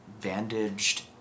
bandaged